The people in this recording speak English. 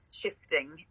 shifting